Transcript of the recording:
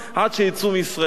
עד שיצאו מישראל.